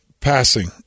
passing